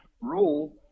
rule